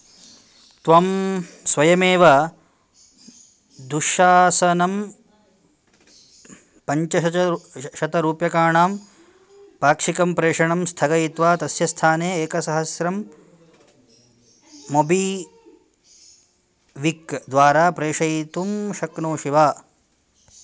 त्वं स्वयमेव दुःशासनं पञ्चशतं शत् रूप्यकाणां पाक्षिकम् प्रेषणं स्थगयित्वा तस्य स्थाने एक हस्रम् मोबिविक् द्वारा प्रेषयितुं शक्नोषि वा